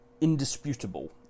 indisputable